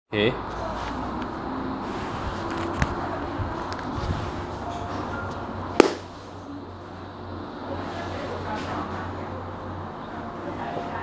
okay